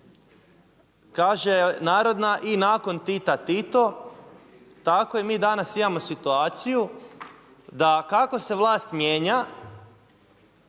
kaže narodna „I nakon Tita Tito“ tako i mi danas imamo situaciju da kako se vlast mijenja,